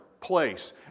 place